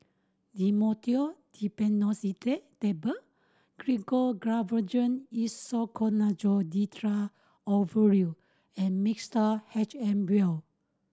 Dhamotil Diphenoxylate Tablet Gyno Travogen Isoconazole Nitrate Ovule and Mixtard H M Vial